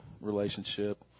relationship